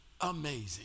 Amazing